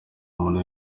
muntu